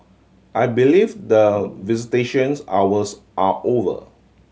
I believe the visitations hours are over